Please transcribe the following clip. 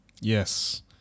Yes